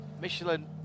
Michelin